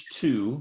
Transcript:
two